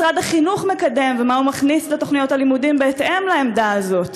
מה משרד החינוך מקדם ומה הוא מכניס לתוכניות הלימודים בהתאם לעמדה הזאת.